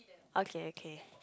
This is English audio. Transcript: okay okay